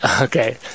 okay